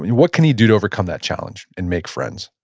what can he do to overcome that challenge and make friends?